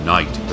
Night